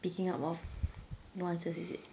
picking up of more answers is it